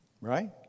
Right